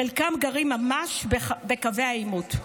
חלקם גרים ממש בקווי העימות.